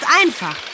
einfach